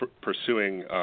pursuing